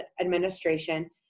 Administration